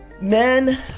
men